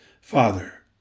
Father